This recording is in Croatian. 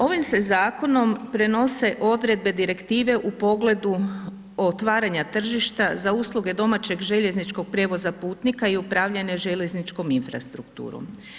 Ovim se zakonom, prenose odredbe direktive u pogledu o otvaranju tržišta, za usluge domaćeg željezničkog prijevoza putnika i upravljanje željezničkom infrastrukturom.